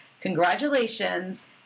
congratulations